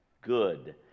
good